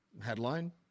headline